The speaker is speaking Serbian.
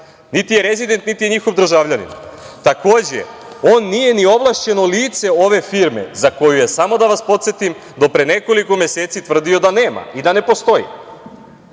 niti je rezident, niti je njihov državljanin. Takođe, on nije ni ovlašćeno lice ove firme za koju je, samo da vas podsetim, do pre nekoliko meseci tvrdio da nema i da ne postoji.